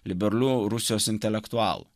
liberalių rusijos intelektualų